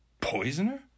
Poisoner